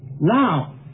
Now